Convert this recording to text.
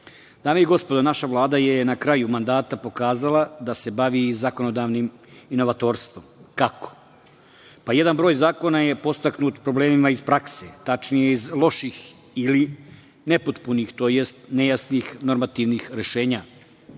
i gospodo, naša Vlada je na kraju mandata pokazala da se bavi zakonodavnim inovatorstvom. Kako? Jedan broj zakona je podstaknut problemima iz prakse, tačnije iz loših ili nepotpunih, tj. nejasnih normativnih rešenja.